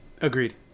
Agreed